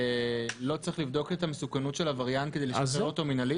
שלא צריך לבדוק את המסוכנות של עבריין כדי לשחרר אותו מינהלית?